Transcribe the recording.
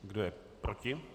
Kdo je proti?